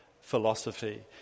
philosophy